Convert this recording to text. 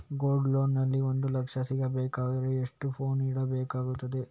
Gold loan ನಲ್ಲಿ ಒಂದು ಲಕ್ಷ ಸಿಗಬೇಕಾದರೆ ಎಷ್ಟು ಪೌನು ಇಡಬೇಕಾಗುತ್ತದೆ?